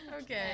Okay